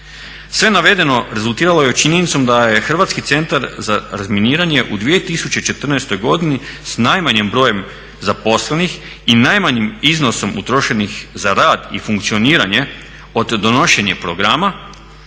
Sve navedeno rezultiralo je činjenicom da je Hrvatski centar za razminiranje u 2014. godini s najmanjim brojem zaposlenih i najmanjim iznosom utrošenih za rad i funkcioniranje od donošenja programa,